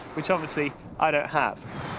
which obviously i don't have.